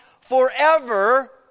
forever